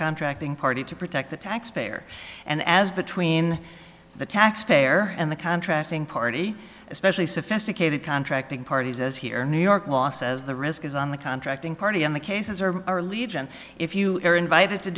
contracting party to protect the taxpayer and as between the taxpayer and the contracting party especially sophisticated contracting parties as here in new york law says the risk is on the contracting party and the cases are are legion if you are invited to